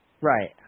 Right